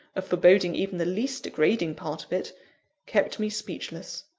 of foreboding even the least degrading part of it kept me speechless.